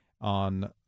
on